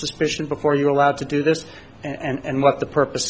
suspicion before you're allowed to do this and what the purpose